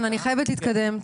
ברור, אני חייבת להתקדם.